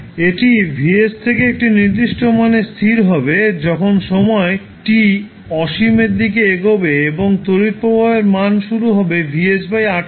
এটি Vs থেকে একটা নির্দিষ্ট মানে স্থির হবে যখন সময় t অসীম এর দিকে এগোবে এবং তড়িৎ প্রবাহের মান শুরু হবে VsRথেকে